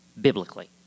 biblically